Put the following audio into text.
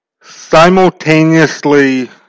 simultaneously